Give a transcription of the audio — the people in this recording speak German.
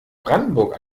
brandenburg